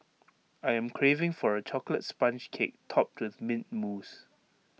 I am craving for A Chocolate Sponge Cake Topped with Mint Mousse